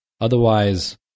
Otherwise